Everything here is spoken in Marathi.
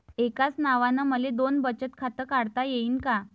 एकाच नावानं मले दोन बचत खातं काढता येईन का?